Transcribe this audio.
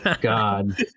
God